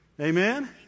Amen